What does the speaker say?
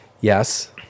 Yes